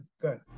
good